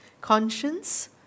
Conscience